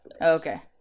Okay